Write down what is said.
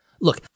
Look